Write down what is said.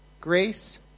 grace